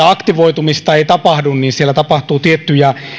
aktivoitumista ei tapahdu siellä tapahtuu tiettyjä